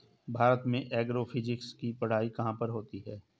भारत में एग्रोफिजिक्स की पढ़ाई कहाँ पर होती है?